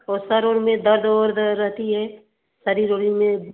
और सिर विर में दर्द वर्द रहता है शरीर वरीर में